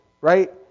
right